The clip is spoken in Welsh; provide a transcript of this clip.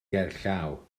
gerllaw